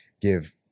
give